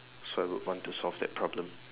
so I would want to solve that problem